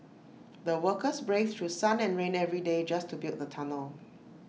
the workers braved through sun and rain every day just to build the tunnel